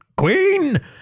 Queen